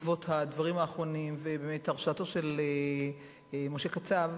בעקבות הדברים האחרונים, והרשעתו של משה קצב,